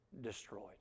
destroyed